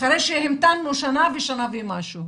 אחרי שהוא המתין שנה ולמעלה משנה.